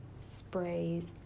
sprays